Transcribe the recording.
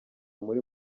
muri